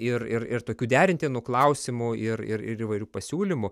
ir ir ir tokių derintinų klausimų ir ir ir įvairių pasiūlymų